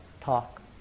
talk